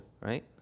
right